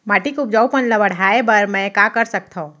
माटी के उपजाऊपन ल बढ़ाय बर मैं का कर सकथव?